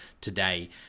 today